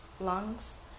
lungs